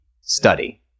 study